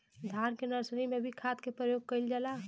धान के नर्सरी में भी खाद के प्रयोग कइल जाला?